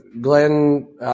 Glenn